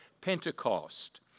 Pentecost